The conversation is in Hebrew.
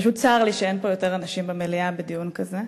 פשוט צר לי שאין פה יותר אנשים במליאה בדיון כזה.